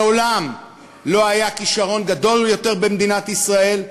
מעולם לא היה כישרון גדול יותר במדינת ישראל,